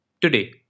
Today